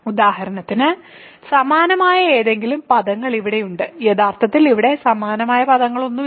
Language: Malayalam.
ഉദാഹരണത്തിന് സമാനമായ ഏതെങ്കിലും പദങ്ങൾ ഇവിടെയുണ്ട് യഥാർത്ഥത്തിൽ ഇവിടെ സമാനമായ പദങ്ങളൊന്നുമില്ല